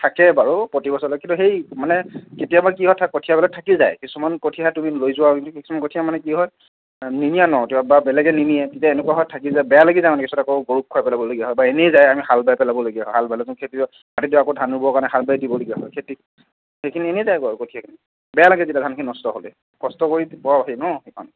থাকেই বাৰু প্ৰতিবছৰলৈ কিন্তু সেই মানে কেতিয়াবা কি হয় কঠীয়াবিলাক থাকি যায় কিছুমান কঠীয়া তুমি লৈ যোৱা কিন্তু কিছুমান কঠীয়া মানে কি হয় নিনিয়া ন বা কিবা বেলেগে নিনিয়ে তেতিয়া এনেকুৱা হয় থাকি যায় বেয়া লাগি যায় মানে তাৰপিছত আকৌ গৰুক খুৱাই পেলাবলগীয়া হয় বা এনেই যায় আমি হাল বাই পেলাবলগীয়া হয় হাল বালেতো খেতি ডৰা আকৌ ধান ৰুব বাবে হাল বাই দিবলগীয়া হয় খেতি সেইখিনি এনেই যাইগৈ আৰু কঠীয়াখিনি বেয়া লাগে তেতিয়া ধানখিনি নষ্ট হ'লে কষ্ট কৰি ন সেইকণ